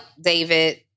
David